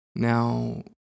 Now